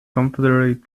confederate